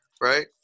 right